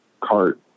cart